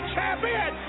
Champion